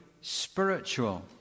spiritual